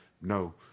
No